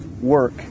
work